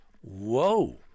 whoa